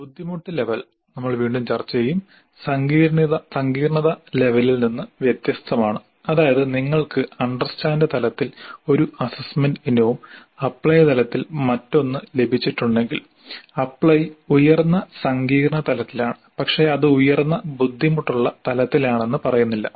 ബുദ്ധിമുട്ട് ലെവൽ നമ്മൾ വീണ്ടും ചർച്ചചെയ്യും സങ്കീർണ്ണത ലെവലിൽ നിന്ന് വ്യത്യസ്തമാണ് അതായത് നിങ്ങൾക്ക് അണ്ടർസ്റ്റാൻഡ് തലത്തിൽ ഒരു അസ്സസ്സ്മെന്റ് ഇനവും അപ്ലൈ തലത്തിൽ മറ്റൊന്ന് ലഭിച്ചിട്ടുണ്ടെങ്കിൽ അപ്ലൈ ഉയർന്ന സങ്കീർണ്ണ തലത്തിലാണ് പക്ഷേ അത് ഉയർന്ന ബുദ്ധിമുട്ടുള്ള തലത്തിലാണെന്ന് പറയുന്നില്ല